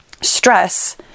Stress